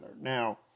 Now